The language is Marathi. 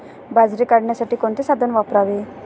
बाजरी काढण्यासाठी कोणते साधन वापरावे?